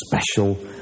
special